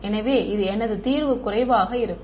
எனவே எனது தீர்வு குறைவாகவே இருக்கும்